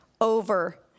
over